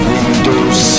Windows